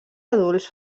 adults